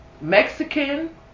Mexican